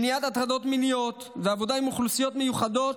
מניעת הטרדות מיניות ועבודה עם אוכלוסיות מיוחדות,